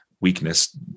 weakness